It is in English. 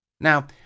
Now